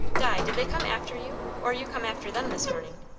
di, did they come after you, or you come after them, this morning?